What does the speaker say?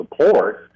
support